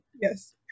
Yes